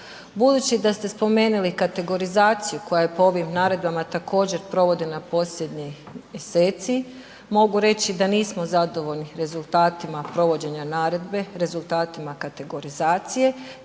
Budući da ste spomenuli kategorizaciju koja po ovim naredbama također provodi na posljednjih mjeseci mogu reći da nismo zadovoljni rezultatima provođenja naredbe, rezultatima kategorizacije